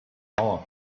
hour